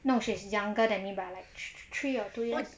no she's younger than me by like three or two